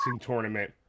Tournament